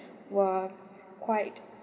were quite